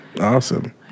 Awesome